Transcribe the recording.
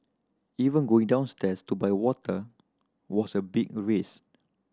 even going downstairs to buy water was a big risk